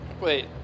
Wait